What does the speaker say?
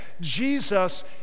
Jesus